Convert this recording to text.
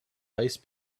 ice